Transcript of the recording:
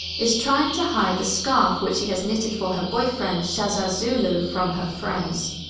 is trying to hide the scarf which she has knitted for her boyfriend, shazza zulu, from her friends.